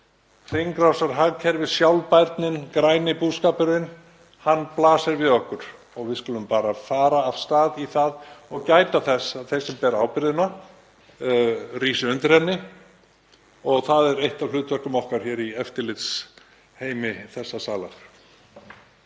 Hringrásarhagkerfið, sjálfbærnin, græni búskapurinn — þetta blasir við okkur og við skulum bara fara af stað í það og gæta þess að þeir sem bera ábyrgðina rísi undir henni og það er eitt af hlutverkum okkar hér í eftirlitsheimi þessa salar.